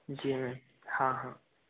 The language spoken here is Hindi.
जी मैम हाँ हाँ